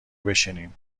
بشینیم